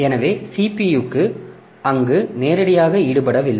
எனவே CPU அங்கு நேரடியாக ஈடுபடவில்லை